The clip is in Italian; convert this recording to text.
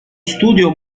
studio